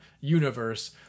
universe